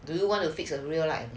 do you want to fix a rear light